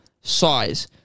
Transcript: size